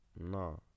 No